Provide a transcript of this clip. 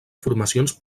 formacions